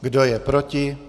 Kdo je proti?